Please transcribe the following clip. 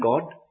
God